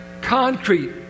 concrete